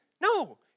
No